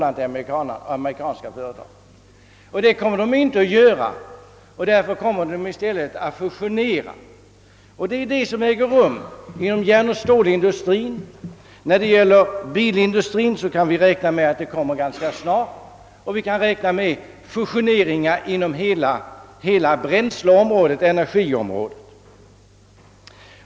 Detta kommer de inte att göra, och därför kommer de i stället att fusionera. Inom järnoch stålindustrin äger denna utveckling rum, och beträffande bilindustrin kommer den ganska snart. Vi kan räkna med fusioner inom hela energiområdet.